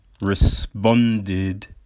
Responded